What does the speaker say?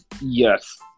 Yes